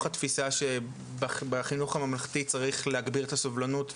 התפיסה שבחינוך הממלכתי צריך להגביר את הסובלנות,